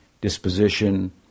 disposition